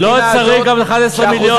לא צריך גם 11 מיליון.